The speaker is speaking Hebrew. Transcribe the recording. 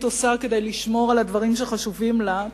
עושה כדי לשמור על הדברים שחשובים לה,